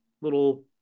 little